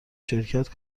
شرکت